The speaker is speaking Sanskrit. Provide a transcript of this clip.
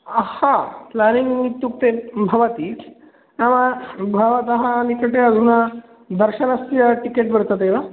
प्लेनिङ्ग् इत्युक्ते भवति नाम भवतः निकटे अधुना दर्शनस्य टिकेट् वर्तते वा